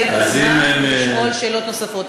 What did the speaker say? יהיה לך זמן לשאול שאלות נוספות.